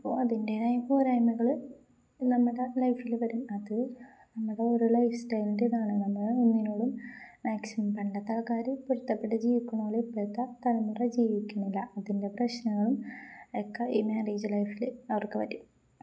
അപ്പോ അതിൻ്േതായ്പ ഒരായ്മകള് നമ്മടെ ലൈഫില് വരും അത് നമ്മടെ ഓരോ ലൈഫ് സ്റ്റൈലിൻ്റെ ഇതാണ് നമ്മള് മന്നിനോളും മാക്സിമം പണ്ടത്തെ ആൾക്കാര് പുരുത്തപ്പെട്ട് ജീവിക്കണോള ഇപ്പഴത്തെ തലമുറ ജീവിക്കണില്ല അതിൻ്റെ പ്രശ്നങ്ങളും എക്കെ ഈ മാരേജ് ലൈഫില് അവർക്ക് വരും